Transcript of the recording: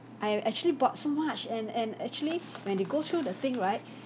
I actually bought so much and and actually when they go through the thing right